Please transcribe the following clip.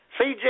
CJ